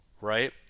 right